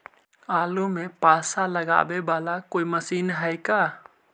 आलू मे पासा लगाबे बाला कोइ मशीन है का?